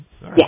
Yes